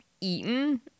eaten